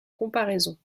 comparaisons